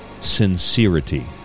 sincerity